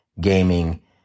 gaming